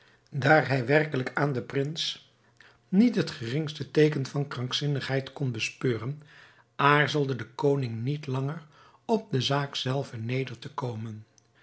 daar hij werkelijk aan den prins niet het geringste teeken van krankzinnigheid kon bespeuren aarzelde de koning niet langer op de zaak zelve neder te komen